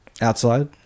Outside